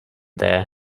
there